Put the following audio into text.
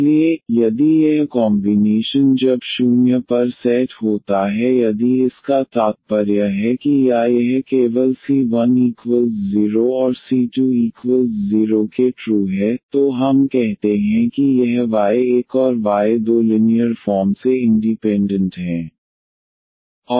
इसलिए यदि यह कॉमबीनेशन जब 0 पर सेट होता है यदि इसका तात्पर्य है कि या यह केवल c10 और c20 के सत्य है तो हम कहते हैं कि यह y1 और y2 लिनीयर फॉर्म से इंडीपेन्डन्ट हैं